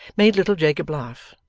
made little jacob laugh,